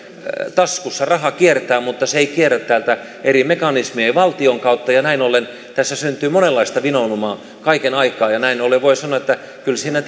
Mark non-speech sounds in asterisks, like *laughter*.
taskussa raha kiertää mutta se ei kierrä täältä eri mekanismien ja valtion kautta ja näin ollen tässä syntyy monenlaista vinoumaa kaiken aikaa näin ollen voi sanoa että kyllä siinä *unintelligible*